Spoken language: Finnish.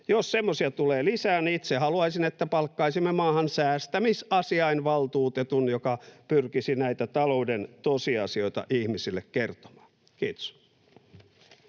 Jos semmoisia tulee lisää, niin itse haluaisin, että palkkaisimme maahan säästämisasiainvaltuutetun, joka pyrkisi näitä talouden tosiasioita ihmisille kertomaan. — Kiitos.